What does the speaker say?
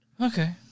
Okay